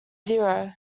zero